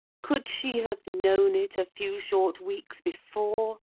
could she have known it a few short weeks before,